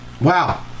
Wow